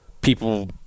people